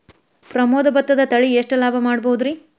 ಪ್ರಮೋದ ಭತ್ತದ ತಳಿ ಎಷ್ಟ ಲಾಭಾ ಮಾಡಬಹುದ್ರಿ?